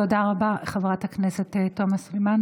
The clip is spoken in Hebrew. תודה רבה, חברת הכנסת תומא סלימאן.